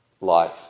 life